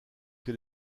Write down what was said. que